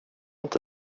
inte